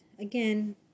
again